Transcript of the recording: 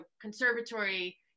conservatory